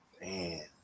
Man